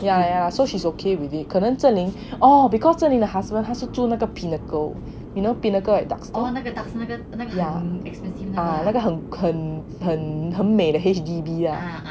yeah yeah yeah so she is okay with it 可能 zheng ming oh because zheng ming 的 husband 他是住那个 pinnacle you know pinnacle at duxton 那个很很很美的 H_B_D lah